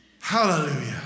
Hallelujah